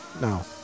No